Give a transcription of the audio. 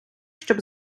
щоб